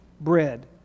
bread